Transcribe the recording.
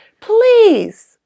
please